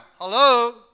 Hello